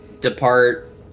depart